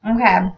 Okay